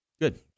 Good